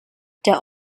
der